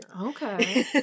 okay